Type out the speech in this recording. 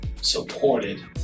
supported